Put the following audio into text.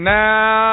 now